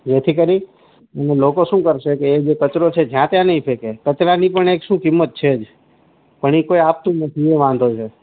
જેથી કરી લોકો શું કરશે કે એ જે કચરો છે જ્યાં ત્યાં નહીં ફેંકે કચરાની પણ એક શું કિંમત છે જ પણ એ કોઈ આપતું નથી એ વાંધો છે